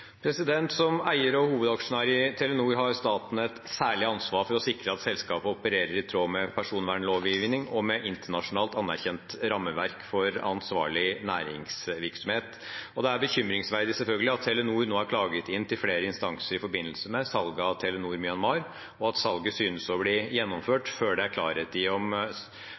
Som eier og hovedaksjonær i Telenor har staten et særlig ansvar for å sikre at selskapet opererer i tråd med personvernlovgivning og med internasjonalt anerkjent rammeverk for ansvarlig næringsvirksomhet. Det er selvfølgelig bekymringsfullt at Telenor nå er klaget inn til flere instanser i forbindelse med salget av Telenor Myanmar, og at salget synes å bli gjennomført før det er klarhet i om